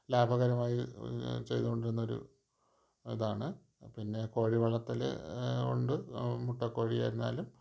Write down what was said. ലാഭകരമായി ചെയ്തോണ്ടിരുന്നൊരു ഇതാണ് പിന്നെ കോഴിവളർത്തൽ ഉണ്ട് മുട്ടക്കോഴി എന്നാലും